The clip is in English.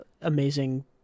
amazing